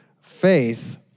faith